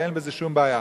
ואין בזה שום בעיה.